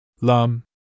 Lum